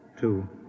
two